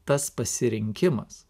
tas pasirinkimas